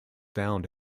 found